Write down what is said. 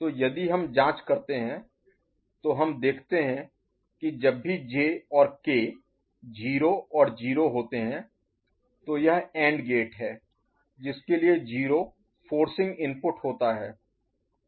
तो यदि हम जांच करते हैं तो हम देखते हैं कि जब भी जे और के 0 और 0 होते हैं तो यह एंड गेट है जिसके लिए 0 फोर्सिंग इनपुट होता है